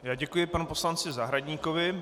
Já děkuji panu poslanci Zahradníkovi.